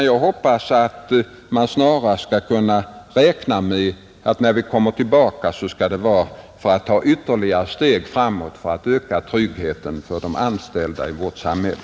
Jag hoppas att man skall kunna räkna med att vi när vi kommer tillbaka till frågan skall ta ytterligare steg framåt för att öka tryggheten för de anställda i vårt samhälle.